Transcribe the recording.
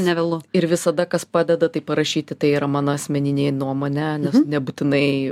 nevėlu ir visada kas padeda tai parašyti tai yra mano asmeninė nuomonė nes nebūtinai